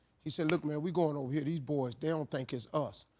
he said look man we going over here these boys, they don't think it's us.